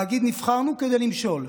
להגיד: נבחרנו כדי למשול,